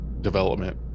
development